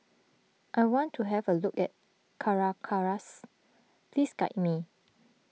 I want to have a look at Caracas please guide me